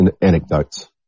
anecdotes